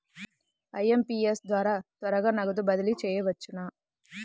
IMPS ద్వారా త్వరగా నగదు బదిలీ చేయవచ్చునా?